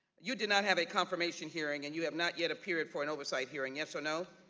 you did not have a confirmation hearing and you have not yet appeared for an oversight hearing, yes or no?